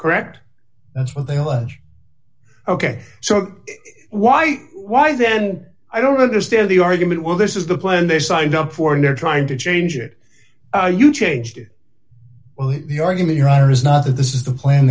correct that's what they'll edge ok so why why then i don't understand the argument well this is the plan they signed up for and they're trying to change it you changed it the argument your honor is not that this is the plan